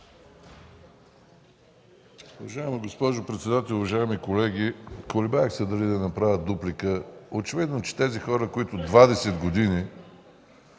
Уважаема госпожо председател, уважаеми колеги! Колебаех се дали да направя дуплика. Очевидно, че тези хора, които 20 години